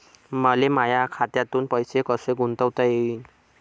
मले माया खात्यातून पैसे कसे गुंतवता येईन?